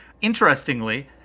interestingly